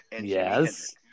Yes